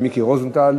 בוועדת החינוך.